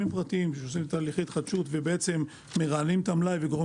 פרטיים עושים תהליכי התחדשות ומרעננים את המלאי וגורמים